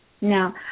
Now